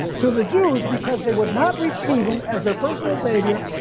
to the jews because they would not receive him as their personal savior,